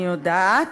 אני יודעת,